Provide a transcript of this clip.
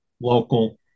local